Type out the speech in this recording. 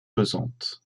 pesante